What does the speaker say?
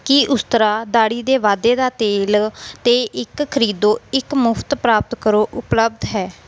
ਕੀ ਉਸਤਰਾ ਦਾੜ੍ਹੀ ਦੇ ਵਾਧੇ ਦਾ ਤੇਲ ਅਤੇ ਇੱਕ ਖਰੀਦੋ ਇੱਕ ਮੁਫਤ ਪ੍ਰਾਪਤ ਕਰੋ ਉਪਲਬਧ ਹੈ